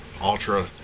ultra